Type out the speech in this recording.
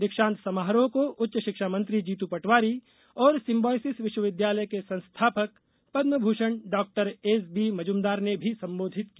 दीक्षांत समारोह को उच्च शिक्षा मंत्री जीतू पटवारी और सिम्बायोसिस विश्वविद्यालय के संस्थापक पद्मभूषण डॉ एसबी मजूमदार ने भी संबोधित किया